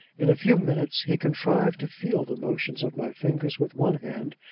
in a few minutes he contrived to feel the motions of my fingers with one hand,